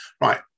right